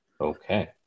Okay